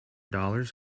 dollars